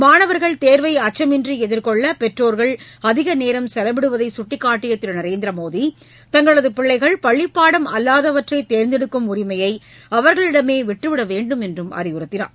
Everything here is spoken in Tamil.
மாணவர்கள் தேர்வை அச்சமின்றி எதிர்கொள்ள பெற்றோர்கள் அதிக நேரம் செலவிடுவதை சுட்டிக்காட்டிய திரு நரேந்திரமோடி தங்களது பிள்ளைகள் பள்ளிப்பாடம் அல்லாதவற்றை தேர்ந்தெடுக்கும் உரிமையை அவர்களிடமே விட்டுவிட வேண்டுமென்றும் அறிவுறுத்தினார்